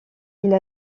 elle